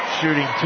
Shooting